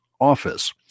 office